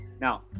Now